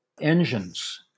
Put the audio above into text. engines